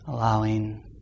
Allowing